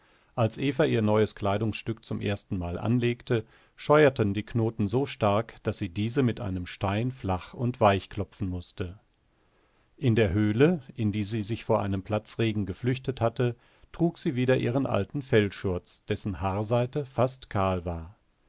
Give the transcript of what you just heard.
als eva ihr neues kleidungsstück zum erstenmal anlegte scheuerten die knoten so stark daß sie diese mit einem stein flach und weichklopfen mußte in der höhle in die sie sich vor einem platzregen geflüchtet hatte trug sie wieder ihren alten fellschurz dessen haarseite fast kahl war